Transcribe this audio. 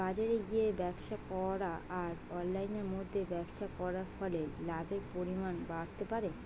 বাজারে গিয়ে ব্যবসা করা আর অনলাইনের মধ্যে ব্যবসা করার ফলে লাভের পরিমাণ বাড়তে পারে?